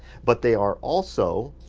but they are also